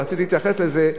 אבל רציתי להתייחס לזה,